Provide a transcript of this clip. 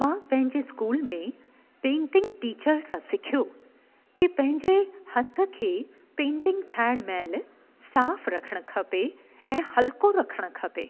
मां पंहिंजे स्कूल में पेंटिंग टीचर सां सिखियो की पंहिंजे हथ खे पेंटिंग ठाहिण महिल साफ़ु रखणु खपे ऐं हल्को रखणु खपे